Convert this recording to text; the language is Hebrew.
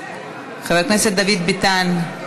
חבר הכנסת דוד ביטן.